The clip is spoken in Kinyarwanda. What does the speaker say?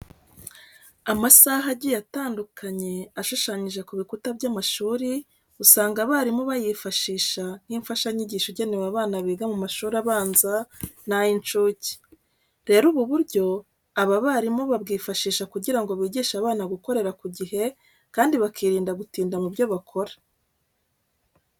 Amasaha agiye atandukanye ashushanyije ku bikuta by'amashuri usanga abarimu bayifashisha nk'imfashanyigisho igenewe abana biga mu mashuri abanza n'ay'incuke. Rero, ubu buryo aba barimu babwifashisha kugira ngo bigishe abana gukorera ku gihe kandi bakirinda gutinda mu byo bakora.